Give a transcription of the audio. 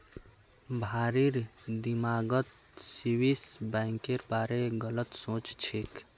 भारिर दिमागत स्विस बैंकेर बारे गलत सोच छेक